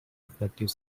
reflective